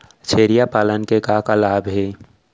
छेरिया पालन के का का लाभ हे?